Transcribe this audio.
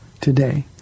today